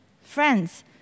Friends